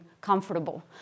comfortable